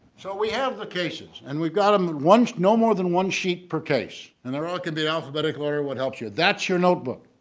so we have the cases and we've got them once no more than one sheet per case and they ah can be in alphabetical order what helps you that's your notebook.